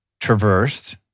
traversed